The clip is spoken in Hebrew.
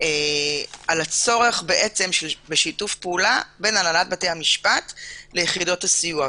על הצורך בשיתוף פעולה בין הנהלת בתי המשפט ליחידות הסיוע.